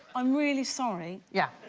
i'm really sorry, yeah,